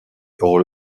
all